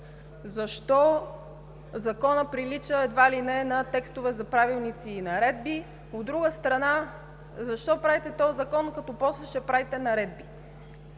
защо Законът прилича едва ли не на текстове за правилници и наредби, от друга страна, защо правите този закон, като после ще правите наредби?